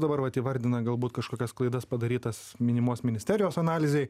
dabar vat įvardina galbūt kažkokias klaidas padarytas minimos ministerijos analizei